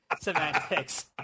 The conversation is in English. Semantics